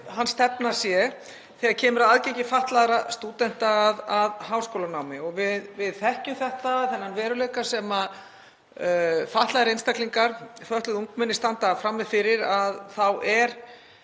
hans stefna sé þegar kemur að aðgengi fatlaðra stúdenta að háskólanámi. Við þekkjum þennan veruleika sem fatlaðir einstaklingar, fötluð ungmenni, standa frammi fyrir, að